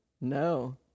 No